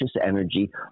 energy